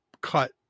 cut